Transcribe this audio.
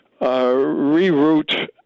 reroute